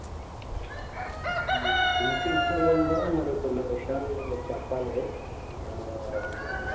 TC ఇచ్చేముందు మరి కొన్ని విషయాలు నేను మీకు చెప్పాలి